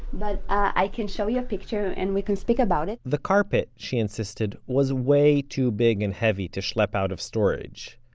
but i can show you a picture, and we can speak about it the carpet, she insisted, was way too big and heavy to schlep out of storage.